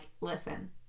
listen